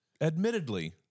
admittedly